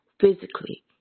physically